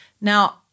Now